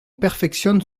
perfectionne